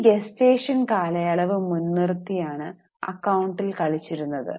ഈ ഗെസ്റ്റേഷൻ കാലയളവ് മുൻ നിറുത്തി ആണ് അക്കൌണ്ടിങ്ങിൽ കളിച്ചിരുന്നത്